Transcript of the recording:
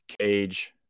cage